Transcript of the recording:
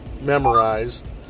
memorized